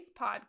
podcast